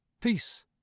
peace